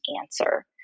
answer